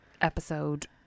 episode